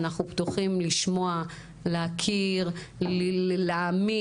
אנחנו פתוחים לשמוע להכיר להעמיק.